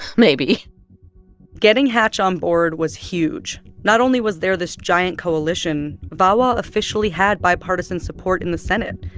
maybe getting hatch on board was huge. not only was there this giant coalition, vawa officially had bipartisan support in the senate.